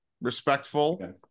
respectful